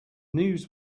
news